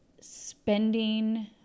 spending